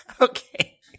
Okay